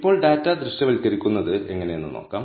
ഇപ്പോൾ ഡാറ്റ ദൃശ്യവൽക്കരിക്കുന്നത് എങ്ങനെയെന്ന് നോക്കാം